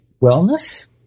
wellness